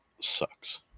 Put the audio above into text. sucks